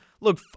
Look